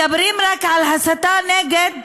מדברים רק על הסתה נגד